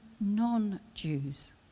non-Jews